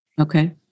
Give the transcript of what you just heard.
Okay